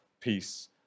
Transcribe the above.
peace